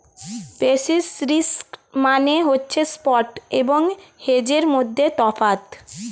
basis risk মানে হচ্ছে spot এবং হেজের মধ্যে তফাৎ